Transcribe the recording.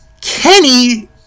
Kenny